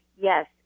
yes